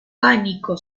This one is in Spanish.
pánico